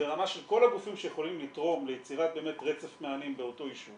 ברמה של כל הגופים שיכולים לתרום ליצירת רצף מענים באותו יישוב